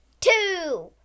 two